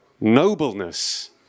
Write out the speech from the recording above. nobleness